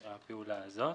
הפעולה הזאת.